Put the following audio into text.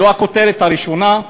זו הכותרת הראשונה.